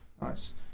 nice